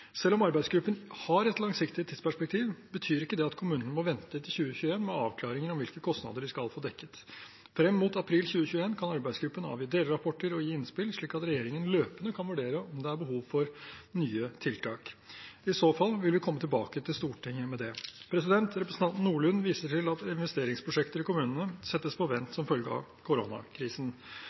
Selv om arbeidsgruppen har et langsiktig tidsperspektiv, betyr ikke det at kommunene må vente til 2021 med avklaringer om hvilke kostnader de skal få dekket. Frem til april 2021 kan gruppen avgi delrapporter og gi innspill, slik at regjeringen løpende kan vurdere om det er behov for nye tiltak. I så fall vil vi komme tilbake til Stortinget med det. Representanten Nordlund viser til at investeringsprosjekter i kommunene settes på vent som følge av koronakrisen.